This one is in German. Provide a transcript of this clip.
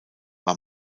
war